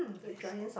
yes